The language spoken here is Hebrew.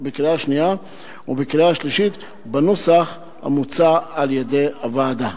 ובקריאה השלישית בנוסח המוצע על-ידי הוועדה.